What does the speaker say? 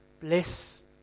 bless